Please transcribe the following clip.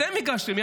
אתם הגשתם,